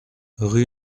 rue